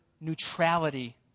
neutrality